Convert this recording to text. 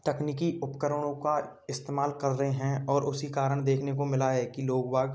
तकनीकी उपकरणों का इस्तेमाल कर रहे हैं और उसी कारण देखने को मिला है कि लोग वाग